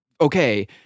Okay